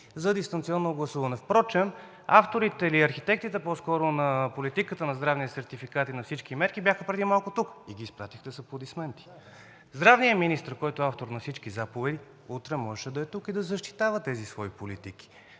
за дистанционно гласуване. Впрочем авторите или архитектите по-скоро на политиката на здравния сертификат и на всички мерки бяха преди малко тук и ги изпратихте с аплодисменти. Здравният министър, който е автор на всички заповеди, утре можеше да е тук и да защитава тези свои политики,